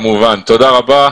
תודה רבה.